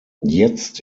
jetzt